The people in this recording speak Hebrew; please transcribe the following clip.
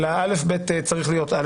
אבל הבסיס צריך להיות.